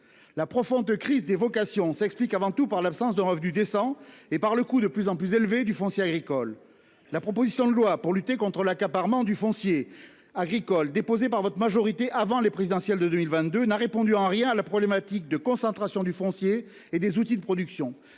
la profonde crise des vocations s'explique avant tout par l'absence de revenu décent et par le coût de plus en plus élevé du foncier agricole. La proposition de loi pour lutter contre l'accaparement du foncier agricole déposée par votre majorité avant les présidentielles de 2022 n'a répondu en rien à la problématique de concentration du foncier et des outils de production